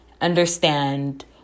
understand